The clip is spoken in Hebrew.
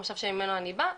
המושב שממנו אני באה,